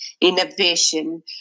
innovation